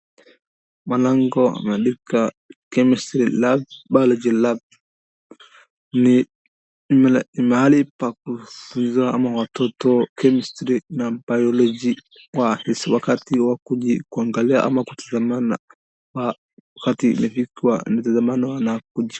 Mlangoo imeandikwa Chemistry Lab, Biology Lab . Ni mahali pa kusomea ama watoto Chemistry na Biology kwa hisi wakati wa kuji kuangalia ama kutazamana, wakati wamefika vitazamano na kuji.